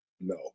No